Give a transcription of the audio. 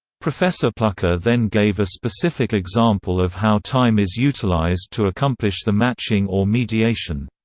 professor pluhar then gave a specific example of how time is utilized to accomplish the matching or mediation.